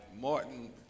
Martin